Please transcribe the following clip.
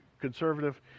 conservative